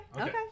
Okay